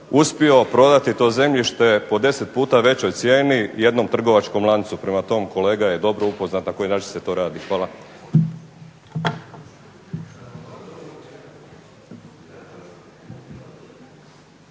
uspio prodati to zemljište po 10 puta većoj cijeni jednom trgovačkom lancu. Prema tome, kolega je dobro upoznat na koji način se to radi. Hvala.